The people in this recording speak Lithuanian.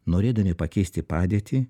norėdami pakeisti padėtį